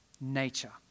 nature